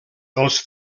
els